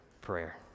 prayer